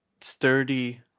sturdy